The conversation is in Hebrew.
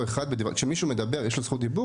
ככה אם היו עושים אבותינו,